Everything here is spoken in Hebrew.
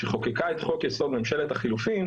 כאשר היא חוקקה את חוק יסוד: ממשלת החילופין,